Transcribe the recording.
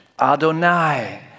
Adonai